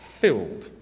filled